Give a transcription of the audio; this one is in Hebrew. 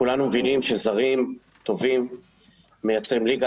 כולנו מבינים שזרים טובים מייצרים ליגה